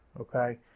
okay